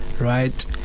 right